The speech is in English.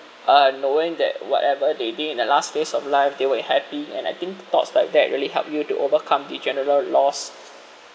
uh knowing that whatever they did in the last phase of life they were happy and I think thoughts like that really help you to overcome the general loss